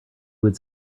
would